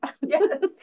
Yes